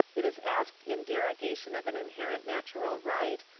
it is asked in derogation of an inherent natural right,